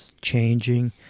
changing